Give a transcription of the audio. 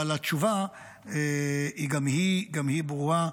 אבל התשובה גם היא ברורה.